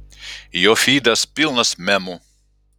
jo fydas pilnas memų